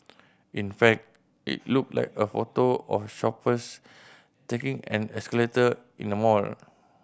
in fact it looked like a photo of shoppers taking an escalator in a mall